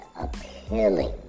appealing